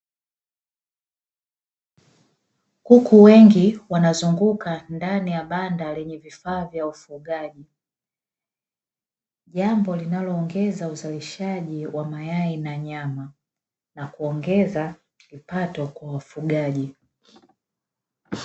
Kuku wengi wanazunguka ndani ya banda lenye vifaa vya ufugaji, jambo linaloongeza uzalishaji wa mayai na nyama, na kuongeza kipato kwa wafugaji.